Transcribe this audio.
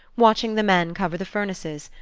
watching the men cover the furnaces,